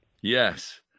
Yes